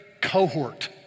cohort